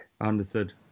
Understood